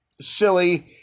silly